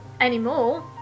anymore